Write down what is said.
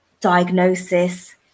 diagnosis